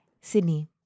Sydney